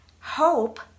Hope